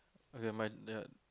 okay my the